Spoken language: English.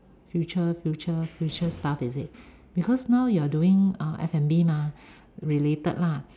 future future future stuff is it because now you're doing uh F_N_B mah related lah